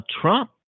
Trump